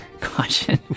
caution